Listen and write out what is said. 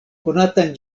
konatan